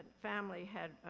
family had,